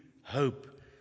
hope